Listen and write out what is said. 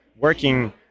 working